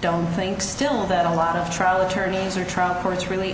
don't think still that a lot of trial attorneys or trial courts really